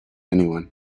anyone